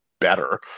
better